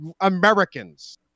Americans